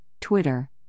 Twitter